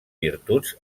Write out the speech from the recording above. virtuts